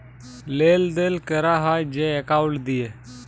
লেলদেল ক্যরা হ্যয় যে একাউল্ট দিঁয়ে